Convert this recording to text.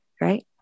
right